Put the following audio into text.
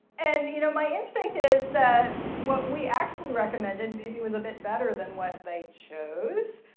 and you know my instinct is that what we actually recommended maybe was a bit better than what they chose.